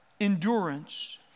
endurance